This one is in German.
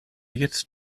jetzt